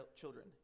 children